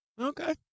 okay